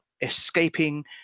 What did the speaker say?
escaping